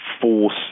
force